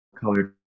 colored